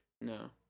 No